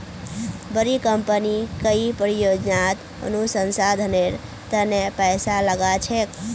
बड़ी कंपनी कई परियोजनात अनुसंधानेर तने पैसा लाग छेक